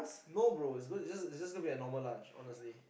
no bro it's gon~it's just it's just gonna be a normal lunch honestly